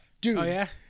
Dude